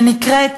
שנקראת